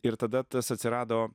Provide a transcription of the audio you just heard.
ir tada tas atsirado